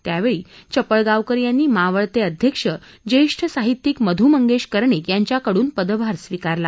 यावेळी चपळगावकर यांनी मावळते अध्यक्ष ज्येष्ठ साहित्यिक मधु मंगेश कर्णिक यांच्याकडून पदभार स्वीकारला